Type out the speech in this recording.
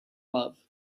love